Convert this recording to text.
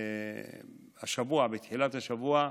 השבוע, בתחילת השבוע,